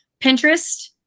pinterest